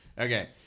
Okay